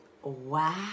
Wow